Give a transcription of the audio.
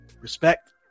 respect